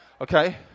Okay